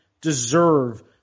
deserve